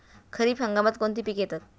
खरीप हंगामात कोणती पिके येतात?